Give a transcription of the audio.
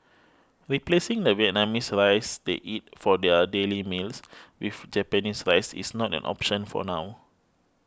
replacing the Vietnamese rice they eat for their daily meals with Japanese rice is not an option for now